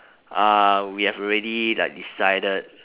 uh we have already like decided